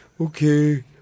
Okay